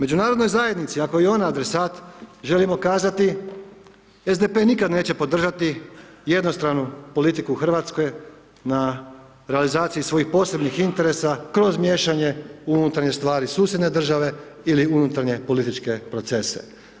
Međunarodnoj zajednici ako je i ona adresat, želimo kazati SDP-e nikada neće podržati jednostranu politiku u Hrvatskoj na realizaciji svojih posebnih interesa kroz miješanje u unutarnje stvari susjedne države ili unutarnje političke procese.